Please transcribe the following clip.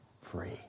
Free